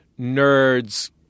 nerds